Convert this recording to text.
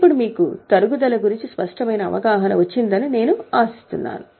ఇప్పుడు మీకు తరుగుదల గురించి స్పష్టమైన అవగాహన వచ్చిందని నేను ఆశిస్తున్నాను